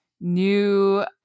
new